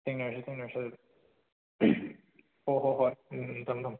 ꯊꯦꯡꯅꯔꯁꯤ ꯊꯦꯡꯅꯔꯁꯤ ꯑꯗꯨꯗ ꯑꯣ ꯑꯣ ꯍꯣꯏ ꯎꯝ ꯎꯝ ꯊꯝꯃꯣ ꯊꯝꯃꯣ